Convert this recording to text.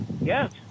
Yes